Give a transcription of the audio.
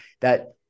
that-